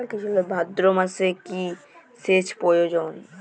ভাদ্রমাসে কি সেচ প্রয়োজন?